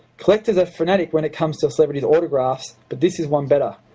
collectors are fanatic when it comes to celebrities' autographs, but this is one better.